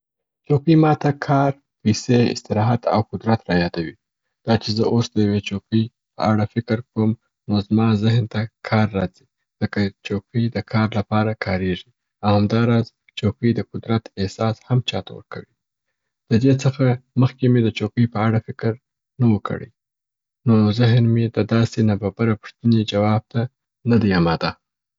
چوکۍ ماته کار، پیسې، استراحت او قدرت را یادوي. دا چي زه اوس د یوې چوکۍ په اړه فکر کوم، نو زما ذهن ته کار راځي، ځکه چوکۍ د کار لپاره کاریږي، او همدا راز چوکۍ د قدرت احساس هم چاته ورکوي. د دې څخه مخکي مي د چوکۍ په اړه فکر نه وو کړی، نو ذهن مي د داسي ناببره پوښتنې جواب ته نه دی آماده.